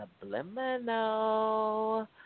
Subliminal